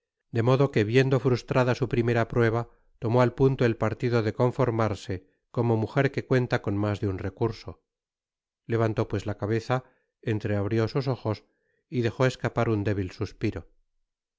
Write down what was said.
de modo que viendo frustrada su primera prueba tomó al punto el partido de conformarse como mujer que cuenta con mas de un recurso levantó pues la cabeza entreabrió sus ojos y dejó escapar un débil suspiro